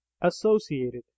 associated